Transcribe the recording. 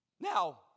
Now